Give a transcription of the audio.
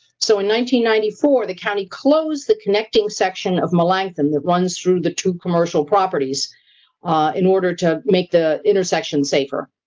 so ninety ninety four, the county closed the connecting section of melanchthon that runs through the two commercial properties in order to make the intersection safer.